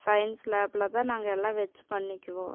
science லாப்ல தான் நாங்கள் எல்லாம் வச்சு பண்ணிக்குவோம்